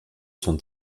sont